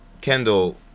kendall